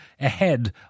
ahead